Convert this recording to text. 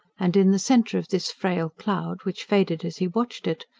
and in the centre of this frail cloud, which faded as he watched it,